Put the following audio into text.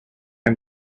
and